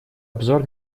обзор